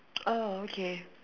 oh okay